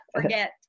forget